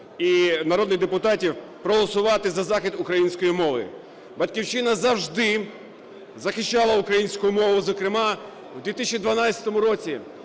і народних депутатів проголосувати за захист української мови. "Батьківщина" завжди захищала українську мову, зокрема, в 2012 році